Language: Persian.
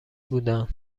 بودن